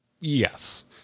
Yes